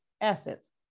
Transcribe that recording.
assets